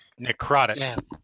Necrotic